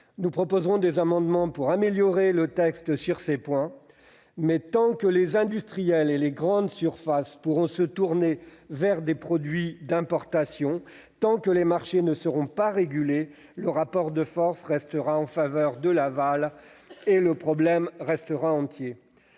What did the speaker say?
Nous proposerons des amendements pour améliorer le texte sur ces points. Mais tant que les industriels ou les grandes surfaces pourront se tourner vers des produits importés, tant que les marchés ne seront pas régulés, le rapport de force restera en faveur de l'aval, et le problème restera entier.